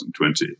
2020